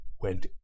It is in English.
went